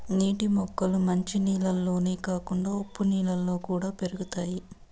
నీటి మొక్కలు మంచి నీళ్ళల్లోనే కాకుండా ఉప్పు నీళ్ళలో కూడా పెరుగుతాయి